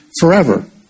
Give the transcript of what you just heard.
Forever